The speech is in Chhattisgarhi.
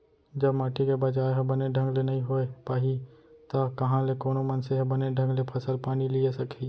जब माटी के बचाय ह बने ढंग ले नइ होय पाही त कहॉं ले कोनो मनसे ह बने ढंग ले फसल पानी लिये सकही